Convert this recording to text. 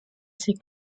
ses